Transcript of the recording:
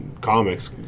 comics